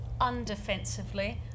undefensively